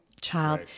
child